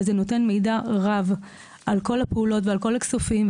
וזה נותן מידע רב על כל הפעולות ועל כל הכספים,